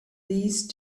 these